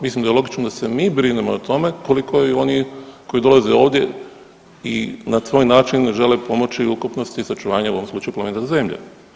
Mislim da je logično da se mi brinemo o tome koliko i oni koji dolaze ovdje i na svoj način žele pomoći ukupnosti sačuvanja u ovom slučaju planeta zemlje.